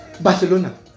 Barcelona